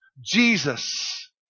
Jesus